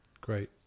Great